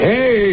Hey